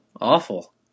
awful